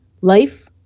Life